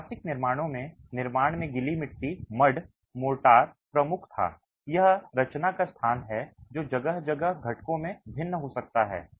ऐतिहासिक निर्माणों में निर्माण में गीली मिट्टी मोर्टार प्रमुख था यह रचना का स्थान है जो जगह जगह और घटकों में भिन्न हो सकता है